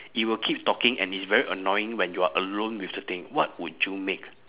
it will keep talking and it's very annoying when you are alone with the thing what would you make